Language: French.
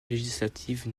législative